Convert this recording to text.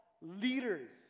leaders